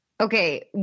Okay